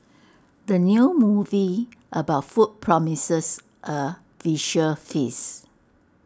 the new movie about food promises A visual feast